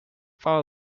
their